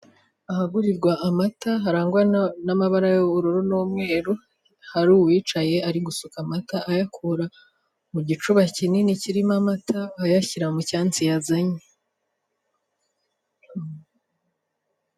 Ahagurirwa amata, harangwa n'amabara y'ubururu n'umweru, hari uwicaye, ari gusuka amata, ayakura mu gicuba kinini kirimo amata, ayashyira mu cyansi yazanye.